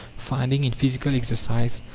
finding in physical exercise,